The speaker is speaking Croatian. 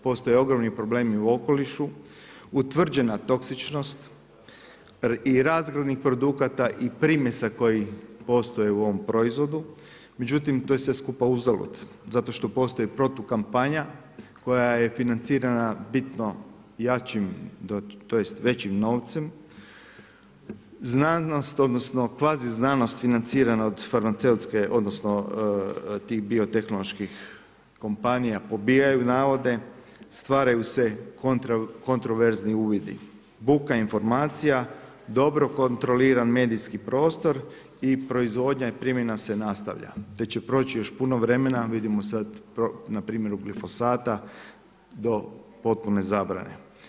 Postoje ogromni problemi u okolišu, utvrđena toksičnost i razvojnih produkata i primjesa koji postoje u ovom proizvodu međutim to je sve skupa uzalud zato što postoji protukampanja koja je financirana bitno jačim tj. većim novcem, znanost odnosno kvazi znanost financirana od farmaceutske odnosno od tih biotehnoloških kompanija pobijaju navode, stvaraju se kontroverzni uvidi, buka informacija, dobro kontroliran medijski prostor i proizvodnja i primjena se nastavlja te će proći još puno vremena, vidimo sad na primjeru glifosata do potpune zabrane.